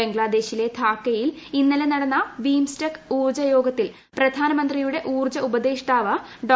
ബംഗ്ലാദേശില്ല് കാക്കയിൽ ഇന്നലെ നടന്ന ബിംസ്റ്റെക്ക് ഊർജ്ജ യോഗത്തിൽ പ്രധാനമന്ത്രിയുടെ ഊർജ്ജ ഉപദേഷ്ടാവ് ഡോ